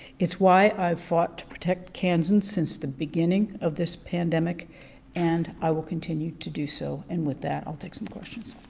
it's why i've fought to protect cans and since the beginning of this pandemic and i will continue to do so and with that. i'll take some questions.